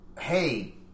hey